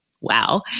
wow